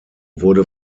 wurde